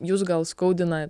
jūs gal skaudina